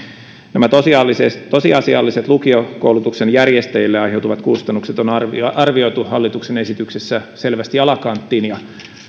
nämä tosiasialliset lukiokoulutuksen järjestäjille aiheutuvat kustannukset on arvioitu hallituksen esityksessä selvästi alakanttiin ja